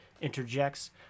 interjects